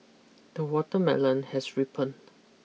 the watermelon has ripened